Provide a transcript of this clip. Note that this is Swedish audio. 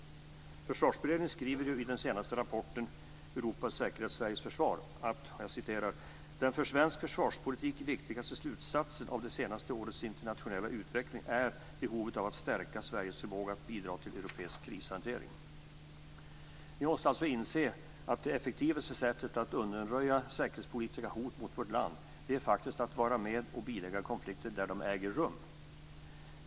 Försvarsberedningen skriver i den senaste rapporten Europas säkerhet - Sveriges försvar att den för svensk försvarspolitik viktigaste slutsatsen av det senaste årets internationella utveckling är behovet av att stärka Sveriges förmåga att bidra till europeisk krishantering. Vi måste alltså inse att det effektivaste sättet att undanröja säkerhetspolitiska hot mot vårt land är att vara med och bilägga konflikter där de äger rum.